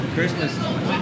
Christmas